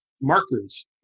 markers